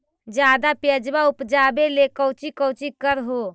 ज्यादा प्यजबा उपजाबे ले कौची कौची कर हो?